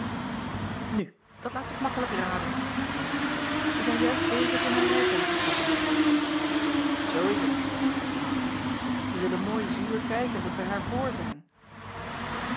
u dat laat zich makkelijk raden zeî eentje zij zijn juist bezig in haar rijtuig te stappen oo is t zeide aurits zij zullen mooi zuur kijken dat wij haar vr zijn